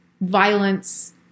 violence